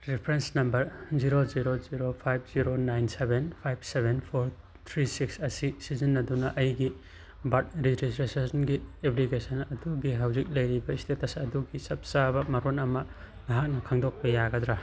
reference number zero zero zero five zero nine seven five seven four three six ꯑꯁꯤ ꯁꯤꯖꯤꯟꯅꯗꯨꯅ ꯑꯩꯒꯤ birth ꯔꯦꯖꯤꯁꯇ꯭ꯔꯦꯁꯟꯒꯤ application ꯑꯗꯨꯒꯤ ꯍꯧꯖꯤꯛ ꯂꯩꯔꯤꯕ ꯏꯁꯇꯦꯇꯁ ꯑꯗꯨꯒꯤ ꯆꯞ ꯆꯥꯕ ꯃꯔꯣꯜ ꯑꯃ ꯅꯍꯥꯛꯅ ꯈꯪꯗꯣꯛꯄ ꯌꯥꯒꯗ꯭ꯔꯥ